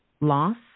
Loss